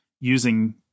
using